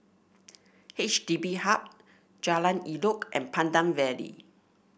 H D B Hub Jalan Elok and Pandan Valley